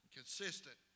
consistent